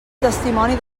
testimoni